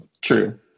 true